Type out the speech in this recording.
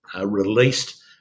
released